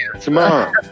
Tomorrow